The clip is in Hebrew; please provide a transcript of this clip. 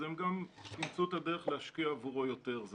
הן ימצאו את הדרך להשקיע עבורו יותר.